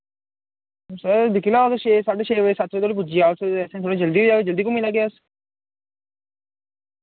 sir दिक्खी लाओ अगर छे साड्डे छे बजे सत्त बजे तोड़ी पुज्जी जाओ इत्थे ते असें थोड़ी जल्दी होई जाग जल्दी घुम्मी लैगे अस